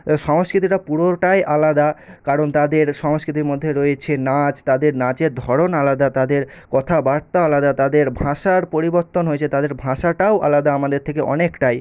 সংস্কৃতিটা পুরোটাই আলাদা কারণ তাদের সংস্কৃতির মধ্যে রয়েছে নাচ তাদের নাচের ধরন আলাদা তাদের কথাবার্তা আলাদা তাদের ভাষার পরিবর্তন হয়েছে তাদের ভাষাটাও আলাদা আমাদের থেকে অনেকটাই